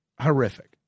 horrific